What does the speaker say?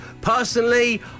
Personally